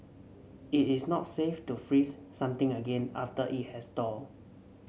it is not safe to freeze something again after it has thawed